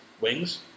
Wings